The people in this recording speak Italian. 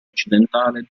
occidentale